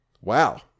Wow